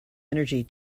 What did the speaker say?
energy